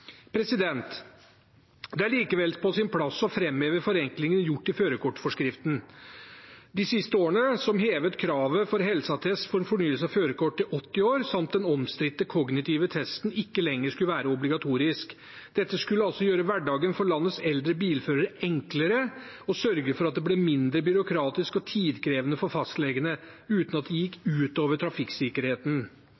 Det er likevel på sin plass å framheve forenklinger som er gjort i førerkortforskriften de siste årene, som at kravet for helseattest for fornyelse av førerkort er hevet til 80 år, samt at den omstridte kognitive testen ikke lenger skulle være obligatorisk. Dette skulle gjøre hverdagen for landets eldre bilførere enklere og sørge for at det ble mindre byråkratisk og tidkrevende for fastlegene, uten at det gikk